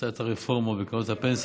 עשתה את הרפורמה בקרנות הפנסיה,